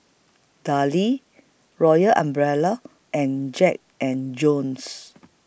Darlie Royal Umbrella and Jack and Jones